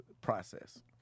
process